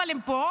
אבל הם פה.